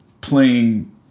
playing